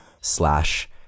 slash